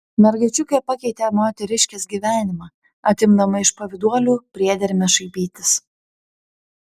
mergaičiukė pakeitė moteriškės gyvenimą atimdama iš pavyduolių priedermę šaipytis